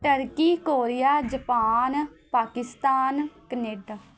turkey Korea Japan Pakistan Canada